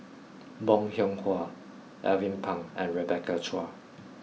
Bong Hiong Hwa Alvin Pang and Rebecca Chua